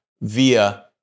via